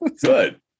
Good